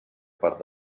part